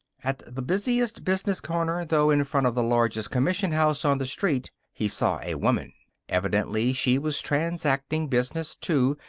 at the busiest business corner, though, in front of the largest commission house on the street, he saw a woman. evidently she was transacting business, too,